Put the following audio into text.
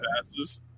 passes